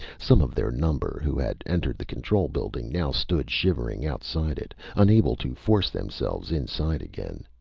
some of their number who had entered the control building now stood shivering outside it, unable to force themselves inside again.